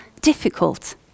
difficult